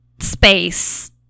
space